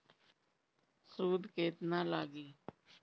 सूद केतना लागी?